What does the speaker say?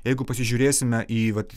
jeigu pasižiūrėsime į vat